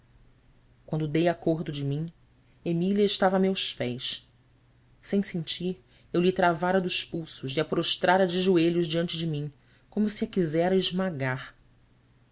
piedade quando dei acordo de mim emília estava a meus pés sem sentir eu lhe travara dos pulsos e a prostrara de joelhos diante de mim como se a quisera esmagar